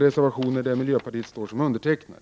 reservationer där miljöpartister står som undertecknare.